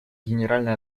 генеральная